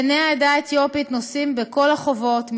בני העדה האתיופית נושאים בכל החובות,